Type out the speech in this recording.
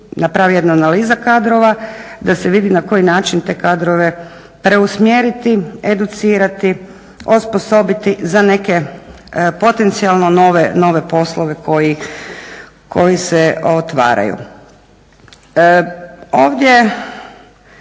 napravi jedna analiza kadrova da se vidi na koji način te kadrove preusmjeriti, educirati, osposobiti za neke potencijalno nove poslove koji se otvaraju. Ovdje